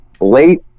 late